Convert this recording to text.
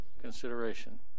consideration